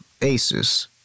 Asus